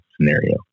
scenario